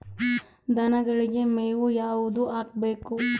ದನಗಳಿಗೆ ಮೇವು ಯಾವುದು ಹಾಕ್ಬೇಕು?